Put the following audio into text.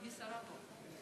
אבל אין שרה פה.